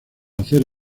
hacer